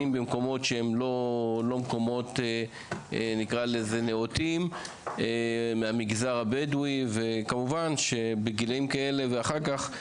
ישנים במקומות לא נאותים בגילאים כאלה וכנראה שגם אחר כך.